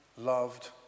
loved